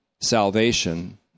salvation